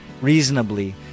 reasonably